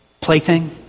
plaything